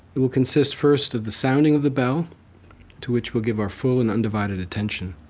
it will consist first of the sounding of the bell to which we'll give our full and undivided attention.